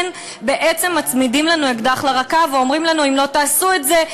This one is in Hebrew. בעצם מצמידים לנו אקדח לרקה ואומרים לנו: אם לא תעשו את זה,